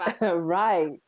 Right